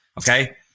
Okay